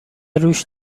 روش